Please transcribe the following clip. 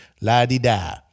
la-di-da